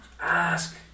Ask